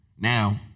Now